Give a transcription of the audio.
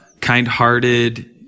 kind-hearted